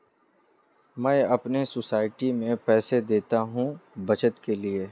मैं अपने सोसाइटी में पैसे देता हूं बचत के लिए